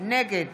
נגד